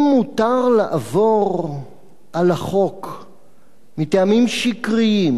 אם מותר לעבור על החוק מטעמים שקריים